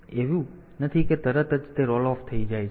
તેથી એવું નથી કે તરત જ તે રોલ ઓફ થઈ જાય છે